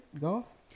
golf